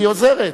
עוזרת,